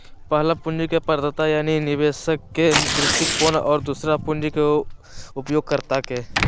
पहला पूंजी के प्रदाता यानी निवेशक के दृष्टिकोण और दूसरा पूंजी के उपयोगकर्ता के